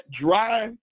dry